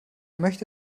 möchte